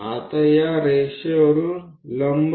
હવે આ લીટીમાંથી લંબ દોરો